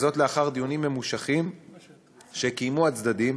וזאת לאחר דיונים ממושכים שקיימו הצדדים